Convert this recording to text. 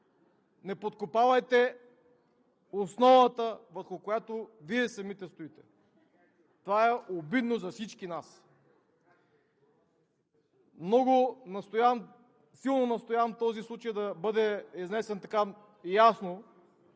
не подкопавайте основата, върху която Вие самите стоите. Това е обидно за всички нас. Силно настоявам този случай да бъде изнесен, заедно